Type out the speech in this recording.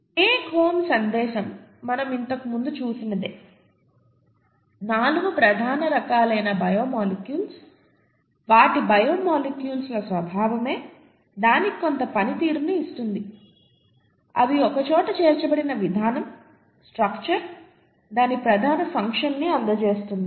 take home సందేశం మనం ఇంతకు ముందు చూసినదే 4 ప్రధాన రకాలైన బయో మాలిక్యూల్స్ వాటి బయో మాలిక్యూల్స్ ల స్వభావమే దానికి కొంత పనితీరును ఇస్తుంది అవి ఒకచోట చేర్చబడిన విధానంస్ట్రక్చర్ దాని ప్రధాన ఫంక్షన్ ని అందజేస్తుంది